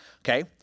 Okay